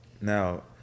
Now